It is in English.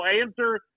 answer